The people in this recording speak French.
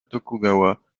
tokugawa